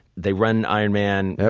they run ironman,